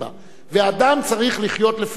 ואדם צריך לחיות לפי אמונתו.